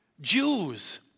Jews